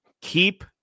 keep